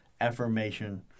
affirmation